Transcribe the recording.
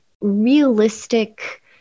realistic